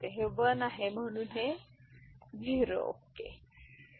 हे 1 आहे म्हणून हे 0 ओके होईल